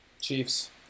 Chiefs